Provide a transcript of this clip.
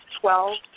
Twelve